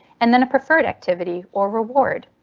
and then a preferred activity or reward.